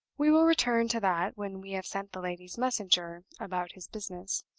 we will return to that when we have sent the lady's messenger about his business.